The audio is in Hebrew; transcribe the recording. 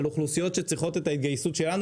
על אוכלוסיות שצריכות את ההתגייסות שלנו.